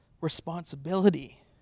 responsibility